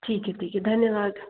ठीक है ठीक है धन्यवाद